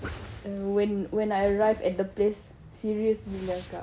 err when when I arrived at the place serious gila kakak